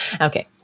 Okay